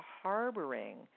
harboring